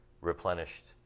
replenished